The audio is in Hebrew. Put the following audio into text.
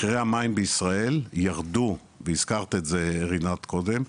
מחירי המים בישראל ירדו, והזכרת את זה רינת קודם,